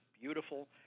beautiful